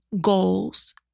goals